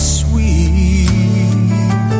sweet